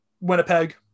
Winnipeg